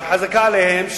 שחזקה עליהם,